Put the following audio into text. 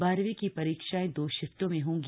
बारहवीं की परीक्षाएं दो शिफ्टों में होंगी